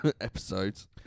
episodes